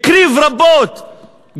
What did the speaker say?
הקריב רבות,